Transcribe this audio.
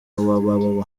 www